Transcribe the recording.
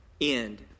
end